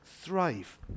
thrive